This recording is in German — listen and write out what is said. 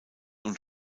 und